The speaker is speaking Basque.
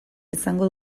izango